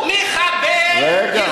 הוא מחבל, רגע.